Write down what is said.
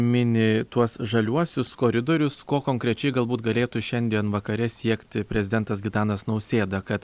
mini tuos žaliuosius koridorius ko konkrečiai galbūt galėtų šiandien vakare siekti prezidentas gitanas nausėda kad